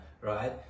right